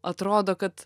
atrodo kad